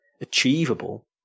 achievable